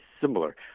similar